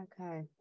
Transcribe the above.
okay